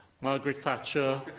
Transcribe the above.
margaret thatcher,